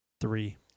Three